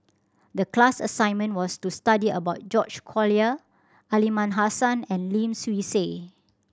the class assignment was to study about George Collyer Aliman Hassan and Lim Swee Say